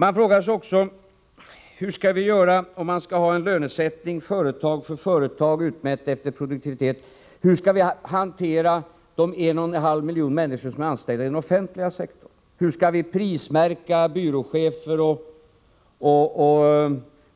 Man frågar sig också: Om det skall vara en lönesättning företag för företag, utmätt efter produktivitet, hur skall vi då hantera de 1,5 miljoner människor som är anställda inom den offentliga sektorn? Hur skall vi prismärka byråchefer och